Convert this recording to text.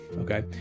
okay